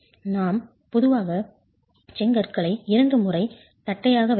நாம் பொதுவாக செங்கற்களை இரண்டு முறை தட்டையாக வைக்கிறோம்